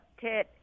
Ted